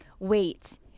wait